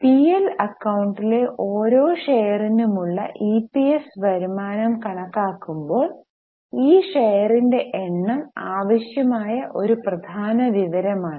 P L അക്കൌണ്ടിലെ ഓരോ ഷെയറിനുമുള്ള ഇപിഎസ് വരുമാനം കണക്കാക്കുമ്പോൾ ഈ ഷെയറിന്റെ എണ്ണം ആവശ്യമായ ഒരു പ്രധാന വിവരമാണ്